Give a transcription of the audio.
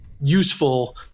useful